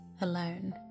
alone